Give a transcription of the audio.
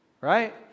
Right